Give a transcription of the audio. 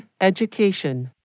Education